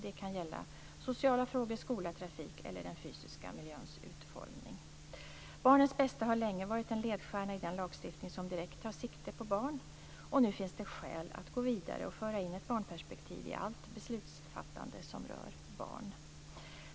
Det kan gälla sociala frågor, skola, trafik eller den fysiska miljöns utformning. Barnens bästa har länge varit en ledstjärna i den lagstiftning som direkt tar sikte på barn. Nu finns det skäl att gå vidare och föra in ett barnperspektiv i allt beslutsfattande som rör barn.